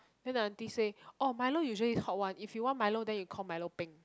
then the auntie say orh milo usually is hot one if you want milo then you call milo peng